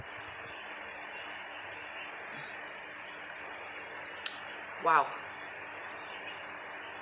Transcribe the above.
!wow!